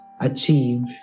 achieve